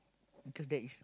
because that is